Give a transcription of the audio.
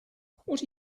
what